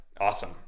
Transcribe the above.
Awesome